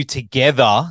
together